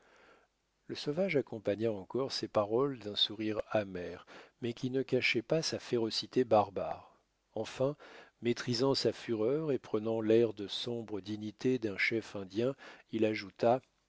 le sauvage accompagna encore ces paroles d'un sourire amer mais qui ne cachait pas sa férocité barbare enfin maîtrisant sa fureur et prenant l'air de sombre dignité d'un chef indien il ajouta